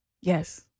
yes